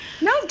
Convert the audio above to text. No